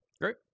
great